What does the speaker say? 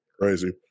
Crazy